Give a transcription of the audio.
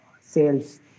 sales